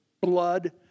blood